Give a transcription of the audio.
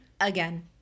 Again